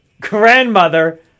Grandmother